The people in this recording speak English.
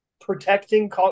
protecting